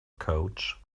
coach